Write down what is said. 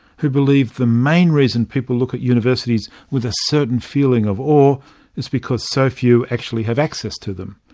who believed the main reason people look at universities with a certain feeling of awe is because so few actually have access to them.